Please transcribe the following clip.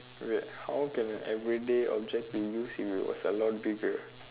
wait how can a everyday object be used if it was a lot bigger